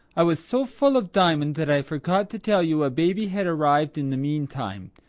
i was so full of diamond that i forgot to tell you a baby had arrived in the meantime.